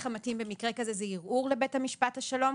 המתאים במקרה כזה הוא ערעור לבית משפט השלום,